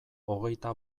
hogeita